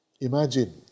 Imagine